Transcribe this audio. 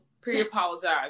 pre-apologize